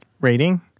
Rating